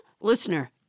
Listener